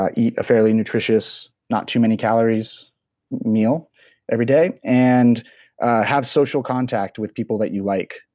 ah eat a fairly nutritious, not to many calories meal every day, and have social contact with people that you like,